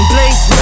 Place